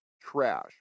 trash